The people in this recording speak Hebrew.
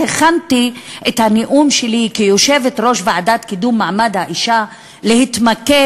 הכנתי את הנאום שלי כיושבת-ראש הוועדה לקידום מעמד האישה בהתמקד